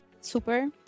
Super